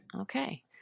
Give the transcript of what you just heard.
Okay